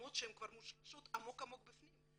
הקדומות שכבר מושרשות עמוק-עמוק בפנים?